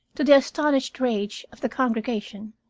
to the astonished rage of the congregation,